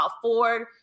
afford